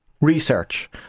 research